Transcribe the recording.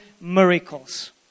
miracles